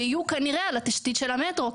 שיהיו כנראה על התשתית של המטרו,